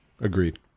Agreed